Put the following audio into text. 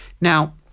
now